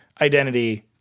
identity